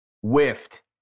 whiffed